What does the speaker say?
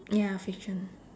ya fiction